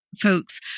folks